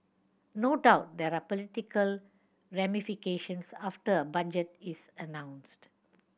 no doubt there are political ramifications after a budget is announced